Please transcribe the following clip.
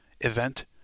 event